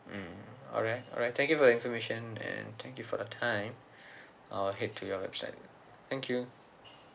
mm alright alright thank you for your information and thank you for your time I'll head to your website thank you